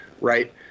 right